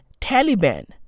Taliban